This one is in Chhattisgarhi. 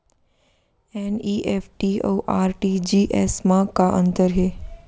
एन.ई.एफ.टी अऊ आर.टी.जी.एस मा का अंतर हे?